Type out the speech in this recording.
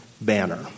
banner